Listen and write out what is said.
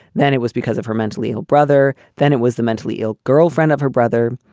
then it was because of her mentally ill brother. then it was the mentally ill girlfriend of her brother.